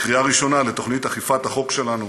קריאה ראשונה לתוכנית אכיפת החוק שלנו